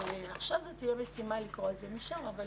לגבי